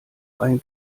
ein